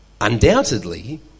Undoubtedly